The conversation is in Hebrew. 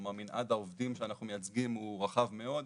כלומר מנעד העובדים שאנחנו מייצגים הוא רחב מאוד,